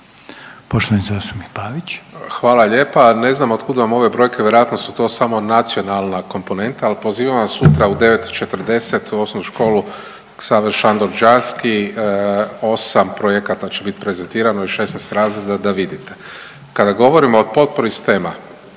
Marko (HDZ)** Hvala lijepa. Ne znam od kud vam ove brojke vjerojatno su to samo nacionalna komponenta, ali pozivam vas sutra u 9 i 40 u Osnovnu školu Ksaver Šandor Đalski, 8 projekata će biti prezentirano i 16 razreda da vidite. Kada govorimo o potpori STEM-a